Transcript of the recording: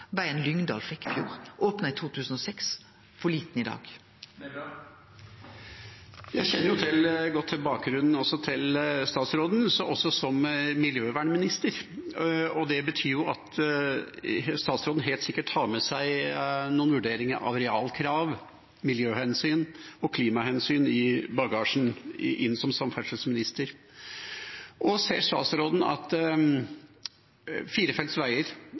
i 2006, men som er for liten i dag. Jeg kjenner godt til statsrådens bakgrunn som miljøvernminister, og det betyr at statsråden helt sikkert tar med seg noen vurderinger av realkrav, miljøhensyn og klimahensyn i bagasjen inn i rollen som samferdselsminister. Ser statsråden at firefelts veier